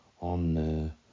on